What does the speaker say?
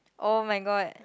oh-my-god